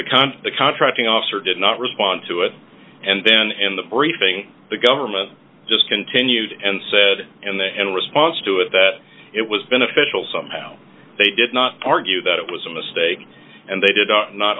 con the contracting officer did not respond to it and then in the briefing the government just continued and said in there in response to it that it was beneficial somehow they did not argue that it was a mistake and they did not